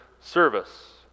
service